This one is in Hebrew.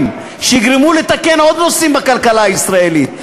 שיגרמו לתקן עוד נושאים בכלכלה הישראלית.